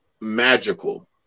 magical